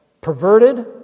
Perverted